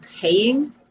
paying